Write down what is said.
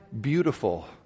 beautiful